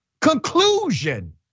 conclusion